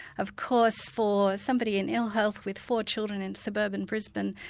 of course for somebody in ill health with four children in suburban brisbane,